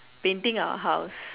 painting our house